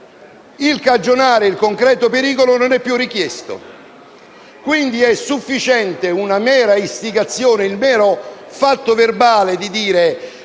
il cagionare il concreto pericolo non è più richiesto, quindi è sufficiente una mera istigazione, il mero fatto verbale di